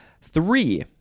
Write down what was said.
Three